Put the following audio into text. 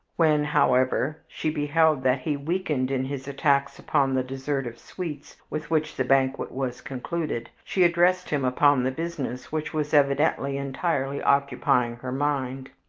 when, however, she beheld that he weakened in his attacks upon the dessert of sweets with which the banquet was concluded, she addressed him upon the business which was evidently entirely occupying her mind.